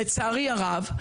לצערי הרב,